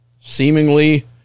seemingly